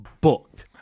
booked